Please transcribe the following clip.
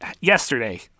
yesterday